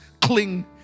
cling